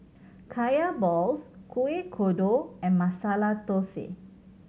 Kaya balls Kuih Kodok and Masala Thosai